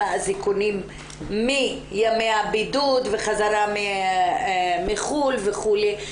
האזיקונים מימי הבידוד וחזרה מחו"ל וכולי,